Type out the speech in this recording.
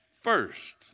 first